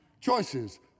Choices